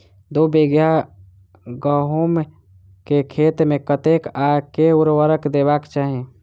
दु बीघा गहूम केँ खेत मे कतेक आ केँ उर्वरक देबाक चाहि?